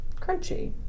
crunchy